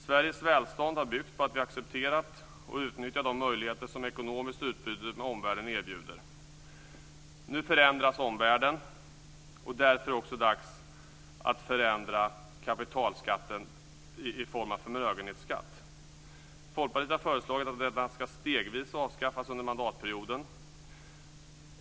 Sveriges välstånd har byggt på att vi accepterat och utnyttjat de möjligheter som ekonomiskt utbyte med omvärlden erbjuder. Nu förändras omvärlden, och därför är det också dags att förändra kapitalskatten i form av förmögenhetsskatt. Folkpartiet har föreslagit att denna stegvis skall avskaffas under mandatperioden.